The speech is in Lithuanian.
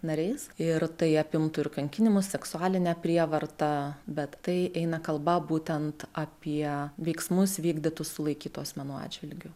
nariais ir tai apimtų ir kankinimus seksualinę prievartą bet tai eina kalba būtent apie veiksmus vykdytus sulaikytų asmenų atžvilgiu